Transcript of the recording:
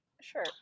Sure